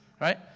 Right